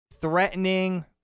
threatening